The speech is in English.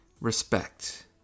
respect